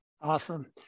Awesome